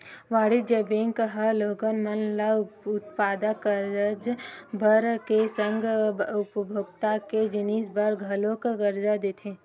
वाणिज्य बेंक ह लोगन मन ल उत्पादक करज बर के संग उपभोक्ता के जिनिस बर घलोक करजा देथे